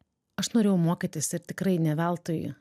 aš norėjau mokytis ir tikrai ne veltui